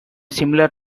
similar